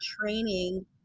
training